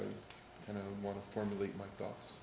i want to formulate my thoughts